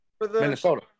Minnesota